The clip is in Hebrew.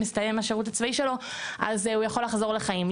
אז הוא יכול לחזור לחיים.